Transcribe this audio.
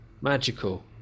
magical